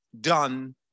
done